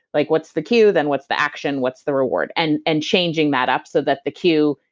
like what's the cue, then what's the action, what's the reward, and and changing that up so that the cue,